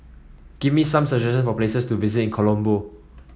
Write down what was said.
give me some suggestions for places to visit in Colombo